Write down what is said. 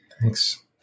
Thanks